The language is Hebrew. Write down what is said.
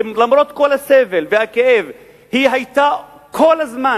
למרות כל הסבל והכאב היא היתה כל הזמן